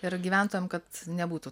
ir gyventojam kad nebūtų